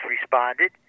responded